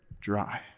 dry